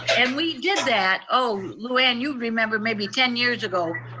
and we did that. oh, lou anne, you remember maybe ten years ago.